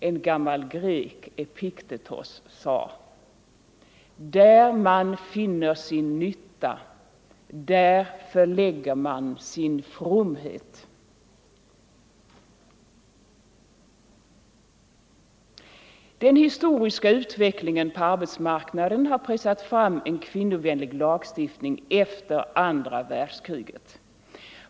En gammal grek, Epiktetos, sade: ”Där man finner sin nytta, där förlägger man sin fromhet.” Den historiska utvecklingen på arbetsmarknaden har pressat fram en kvinnovänlig lagstiftning efter andra världskriget.